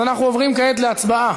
אז אנחנו עוברים כעת להצבעה